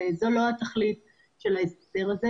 אני רוצה לומר שזאת לא תכלית של ההסדר הזה.